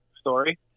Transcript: story